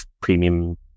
premium